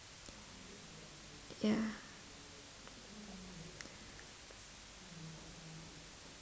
yeah